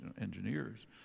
engineers